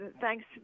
thanks